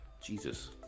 Jesus